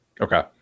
Okay